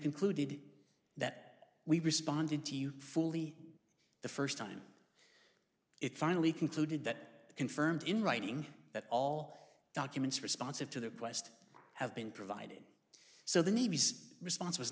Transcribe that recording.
concluded that we responded to you fully the first time it finally concluded that confirmed in writing that all documents responsive to the quest have been provided so the navy's response was